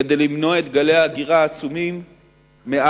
כדי למנוע את גלי ההגירה העצומים מאפריקה.